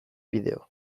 bideo